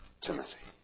Timothy